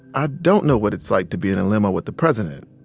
i don't know what it's like to be in a limo with the president,